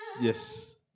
Yes